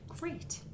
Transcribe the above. great